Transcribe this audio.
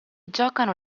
giocano